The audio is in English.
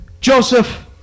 Joseph